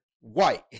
white